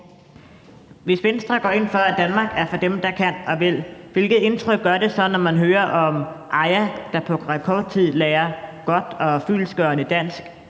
Hvis Venstre går ind for, at Danmark er for dem, der kan og vil, hvilket indtryk gør det så, når man hører om Aya, der på rekordtid lærer godt og fyldestgørende dansk